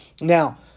Now